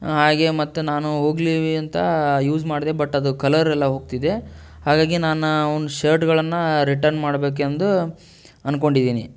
ಹಾಗೇ ಮತ್ತು ನಾನು ಹೋಗಲಿ ಅಂತ ಯೂಸ್ ಮಾಡಿದೆ ಬಟ್ ಅದು ಕಲರ್ ಎಲ್ಲ ಹೋಗ್ತಿದೆ ಹಾಗಾಗಿ ನಾನು ಆ ಒಂದು ಶರ್ಟ್ಗಳನ್ನು ರಿಟರ್ನ್ ಮಾಡಬೇಕೆಂದು ಅನ್ಕೊಂಡಿದ್ದೀನಿ